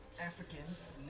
Africans